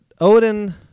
Odin